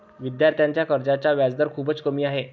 विद्यार्थ्यांच्या कर्जाचा व्याजदर खूपच कमी आहे